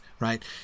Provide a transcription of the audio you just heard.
right